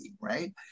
right